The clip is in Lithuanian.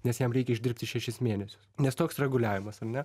nes jam reikia išdirbti šešis mėnesius nes toks reguliavimas ar ne